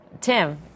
Tim